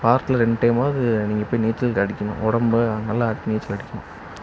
வாரத்தில் ரெண்டு டைமாவது நீங்கள் போய் நீச்சல் அடிக்கணும் உடம்பு நல்லா இருக்க நீச்சல் அடிக்கணும்